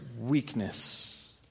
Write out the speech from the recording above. weakness